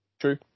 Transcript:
true